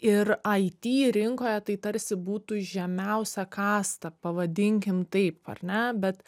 ir it rinkoje tai tarsi būtų žemiausia kasta pavadinkim taip ar ne bet